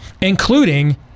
including